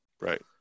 right